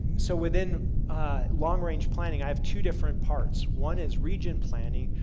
so, within long-range planning, i have two different parts. one is region planning,